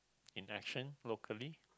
in action locally